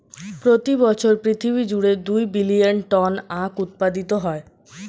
প্রতি বছর পৃথিবী জুড়ে দুই বিলিয়ন টন আখ উৎপাদিত হয়